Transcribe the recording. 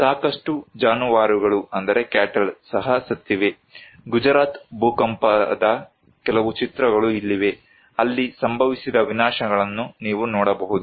ಸಾಕಷ್ಟು ಜಾನುವಾರುಗಳು ಸಹ ಸತ್ತಿವೆ ಗುಜರಾತ್ ಭೂಕಂಪದ ಕೆಲವು ಚಿತ್ರಗಳು ಇಲ್ಲಿವೆ ಅಲ್ಲಿ ಸಂಭವಿಸಿದ ವಿನಾಶಗಳನ್ನು ನೀವು ನೋಡಬಹುದು